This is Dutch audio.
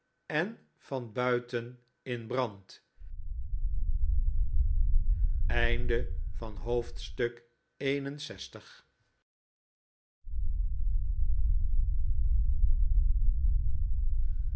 en van buiten in brand